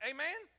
Amen